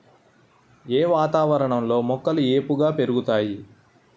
ఏ వాతావరణం లో మొక్కలు ఏపుగ ఎదుగుతాయి?